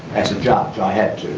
as a judge i had